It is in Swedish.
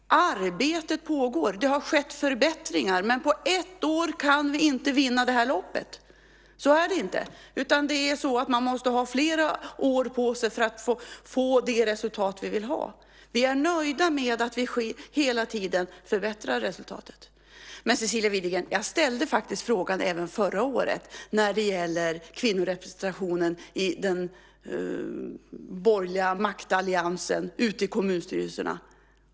Arbetet pågår. Det har skett förbättringar, men på ett år kan vi inte vinna det här loppet. Det går inte, utan man måste ha flera år på sig för att få det resultat vi vill ha. Vi är nöjda med att vi hela tiden förbättrar resultatet. Men, Cecilia Widegren, jag ställde faktiskt frågan även förra året när det gäller kvinnorepresentationen i den borgerliga maktalliansen ute i kommunstyrelserna.